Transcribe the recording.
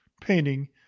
painting